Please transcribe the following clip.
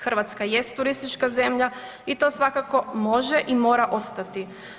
Hrvatska jest turistička zemlja i to svakako može i mora ostati.